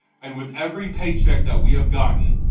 and with every paycheck that we have gotten,